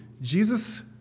Jesus